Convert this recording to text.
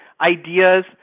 ideas